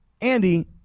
Andy